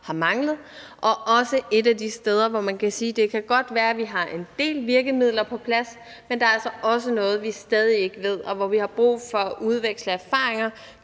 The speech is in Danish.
er måske noget af det, der i høj grad har manglet. Det kan godt være, vi har en del virkemidler på plads, men der er altså stadig noget, vi ikke ved, hvor vi har brug for at udveksle erfaringer